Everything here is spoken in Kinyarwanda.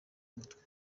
umutwe